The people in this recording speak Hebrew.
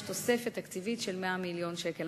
יש תוספת תקציבית של 100 מיליון שקלים.